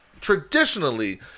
traditionally